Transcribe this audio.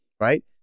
right